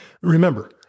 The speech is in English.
Remember